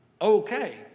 Okay